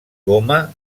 goma